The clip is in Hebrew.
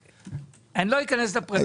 לא אכנס לפרטים.